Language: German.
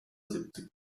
siebzig